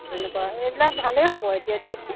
তেনেকুৱা এইবিলাক ভালেই হ'ব এতিয়া দিয়কচোন